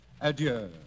adieu